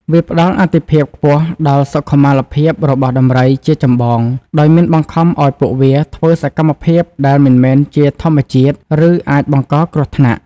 វាផ្តល់អាទិភាពខ្ពស់ដល់ សុខុមាលភាពរបស់ដំរី ជាចម្បង ដោយមិនបង្ខំឲ្យពួកវាធ្វើសកម្មភាពដែលមិនមែនជាធម្មជាតិ ឬអាចបង្កគ្រោះថ្នាក់។